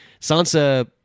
Sansa